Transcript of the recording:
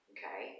Okay